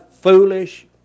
foolish